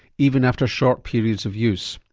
even after short periods of use.